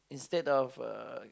instead of a